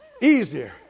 easier